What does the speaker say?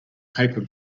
paper